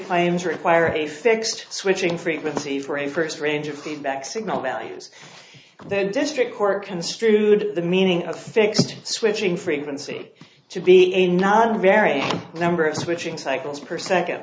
explains require a fixed switching frequency for a first range of feedback signal values then district court construed the meaning a fixed switching frequency to be a not very number of switching cycles per second